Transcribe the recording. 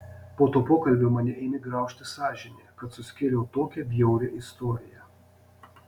po to pokalbio mane ėmė graužti sąžinė kad suskėliau tokią bjaurią istoriją